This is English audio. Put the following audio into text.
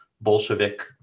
Bolshevik